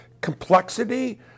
complexity